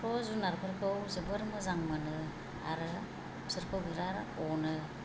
आंथ' जुनारफोरखौ जोबोर मोजां मोनो आरो बिसोरखौ बिराद अनो